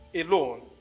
alone